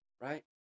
right